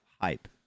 hype